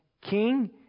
King